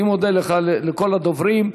אני מודה לך, לכל הדוברים,